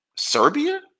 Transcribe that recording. Serbia